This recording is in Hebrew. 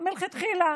מלכתחילה